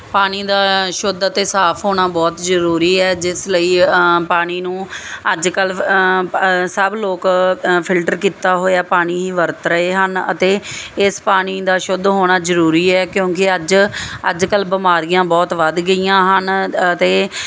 ਪਾਣੀ ਦਾ ਸ਼ੁੱਧ ਅਤੇ ਸਾਫ਼ ਹੋਣਾ ਬਹੁਤ ਜਰੂਰੀ ਹੈ ਜਿਸ ਲਈ ਪਾਣੀ ਨੂੰ ਅੱਜ ਕੱਲ ਸਭ ਲੋਕ ਫਿਲਟਰ ਕੀਤਾ ਹੋਇਆ ਪਾਣੀ ਹੀ ਵਰਤ ਰਹੇ ਹਨ ਅਤੇ ਇਸ ਪਾਣੀ ਦਾ ਸ਼ੁੱਧ ਹੋਣਾ ਜਰੂਰੀ ਹੈ ਕਿਉਂਕਿ ਅੱਜ ਅੱਜ ਕੱਲ ਬਿਮਾਰੀਆਂ ਬਹੁਤ ਵੱਧ ਗਈਆਂ ਹਨ ਤੇ